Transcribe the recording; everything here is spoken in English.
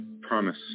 promise